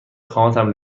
اقامتم